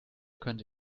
könnte